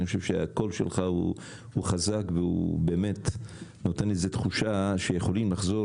אני חושב שהקול שלך הוא חזק והוא באמת נותן איזה תחושה שיכולים לחזור